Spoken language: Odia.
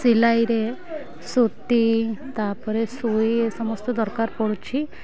ସିଲେଇରେ ସୂତା ତା'ପରେ ସୁଇ ଏ ସମସ୍ତେ ଦରକାର ପଡ଼ୁଛି